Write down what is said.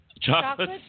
Chocolate